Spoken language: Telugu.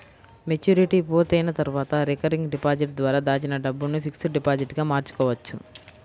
మెచ్యూరిటీ పూర్తయిన తర్వాత రికరింగ్ డిపాజిట్ ద్వారా దాచిన డబ్బును ఫిక్స్డ్ డిపాజిట్ గా మార్చుకోవచ్చు